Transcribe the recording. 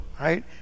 right